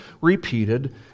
repeated